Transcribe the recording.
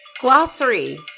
glossary